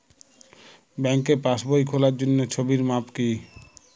ব্যাঙ্কে পাসবই খোলার জন্য ছবির মাপ কী?